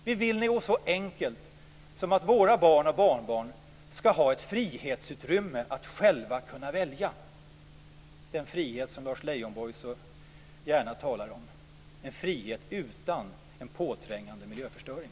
Vi vill något så enkelt som att våra barn och barnbarn ska ha ett frihetsutrymme för att själva kunna välja, den frihet som Lars Leijonborg så gärna talar om, en frihet utan en påträngande miljöförstöring.